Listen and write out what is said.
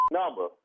number